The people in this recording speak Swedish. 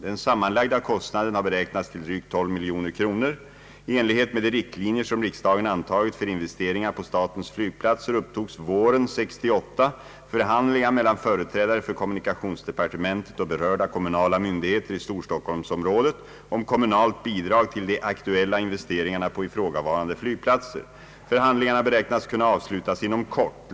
Den sammanlagda kostnaden har beräknats till drygt 12 miljoner kronor. I enlighet med de riktlinjer som riksdagen antagit för investeringar på statens flygplatser upptogs våren 1968 förhandlingar mellan företrädare för kommunikationsdepartementet och berörda kommunala myndigheter i storstockholmsområdet om kommunalt bidrag till de aktuella investeringarna på ifrågavarande flygplatser. Förhandlingarna beräknas kunna avslutas inom kort.